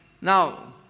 now